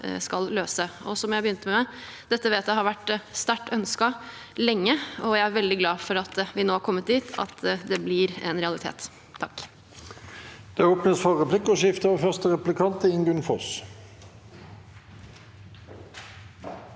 Dette vet jeg har vært sterkt ønsket lenge, og jeg er veldig glad for at vi har kommet dit at det blir en realitet.